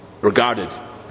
regarded